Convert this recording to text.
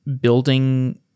building